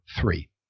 three